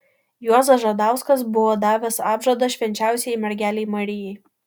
juozas žadauskas buvo davęs apžadą švenčiausiajai mergelei marijai